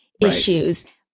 issues